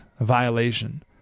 violation